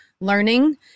learning